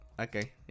Okay